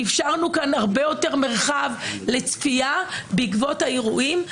אפשרנו כאן הרבה יותר מרחב לצפייה בעקבות האירועים.